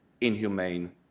inhumane